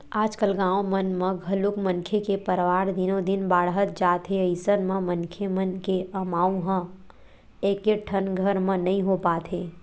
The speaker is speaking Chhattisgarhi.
आजकाल गाँव मन म घलोक मनखे के परवार दिनो दिन बाड़हत जात हे अइसन म मनखे मन के अमाउ ह एकेठन घर म नइ हो पात हे